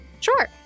Sure